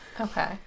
Okay